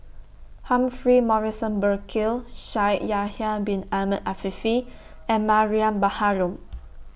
Humphrey Morrison Burkill Shaikh Yahya Bin Ahmed Afifi and Mariam Baharom